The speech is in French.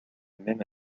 même